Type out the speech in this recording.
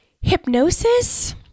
hypnosis